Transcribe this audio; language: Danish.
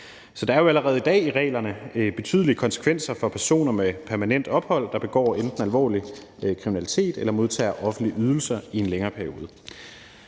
Så der er jo allerede i dag i reglerne betydelige konsekvenser for personer med permanent ophold, der enten begår alvorlig kriminalitet eller modtager offentlige ydelser i en længere periode.